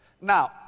Now